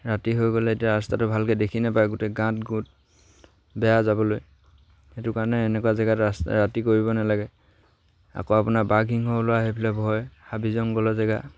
ৰাতি হৈ গ'লে এতিয়া ৰাস্তাটো ভালকৈ দেখি নাপায় গোটেই গাঁত গোট বেয়া যাবলৈ সেইটো কাৰণে এনেকুৱা জেগাত ৰাস্তা ৰাতি কৰিব নালাগে আকৌ আপোনাৰ বাঘ সিংহ ওলোৱা সেইফালে ভয় হাবি জংঘলৰ জেগা